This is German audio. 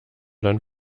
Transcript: dann